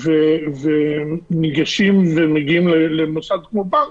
וניגשים ומגיעים למוסד כמו בנק,